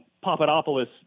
Papadopoulos